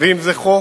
ואם זה חוק,